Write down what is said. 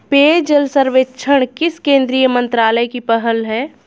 पेयजल सर्वेक्षण किस केंद्रीय मंत्रालय की पहल है?